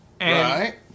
Right